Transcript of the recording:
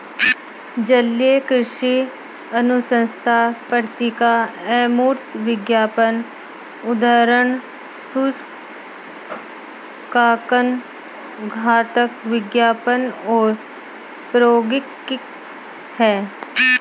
जलीय कृषि अनुसंधान पत्रिका अमूर्त विज्ञान उद्धरण सूचकांक खाद्य विज्ञान और प्रौद्योगिकी है